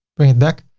bring it back.